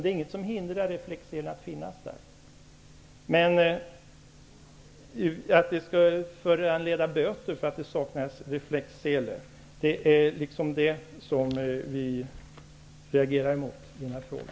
Det hindrar ju inte att reflexselen sitter på. Men att avsaknaden av reflexsele skulle innebära böter reagerar vi mot i denna fråga.